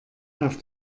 auf